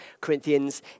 Corinthians